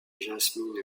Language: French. jasmine